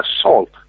assault